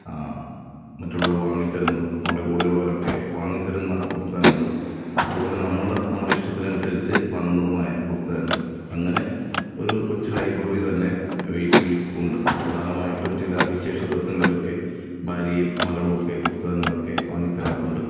മറ്റുള്ളവർ വാങ്ങി തരുന്നതും നമ്മുടെ കൂടെയുള്ളവരൊക്കെ വാങ്ങി തരുന്ന പുസ്തകങ്ങളും അതുപോലെ നമ്മൾ നമ്മുടെ ഇഷ്ടത്തിനനുസരിച്ച് വാങ്ങുന്നതുമായ പുസ്തകങ്ങൾ അങ്ങനെ ഒരു കൊച്ച് ലൈബ്രറി തന്നെ വീട്ടിൽ ഉണ്ട് പ്രധാനമായിട്ടും ചില വിശേഷദിവസങ്ങളിലൊക്കെ ഭാര്യയും മകളുമൊക്കെ പുസ്തകളൊക്കെ വാങ്ങി തരാറുണ്ട്